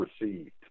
received